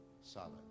solid